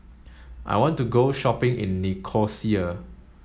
I want to go shopping in Nicosia